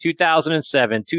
2007